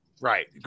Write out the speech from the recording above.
right